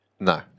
No